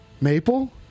Maple